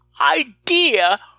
idea